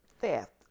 Theft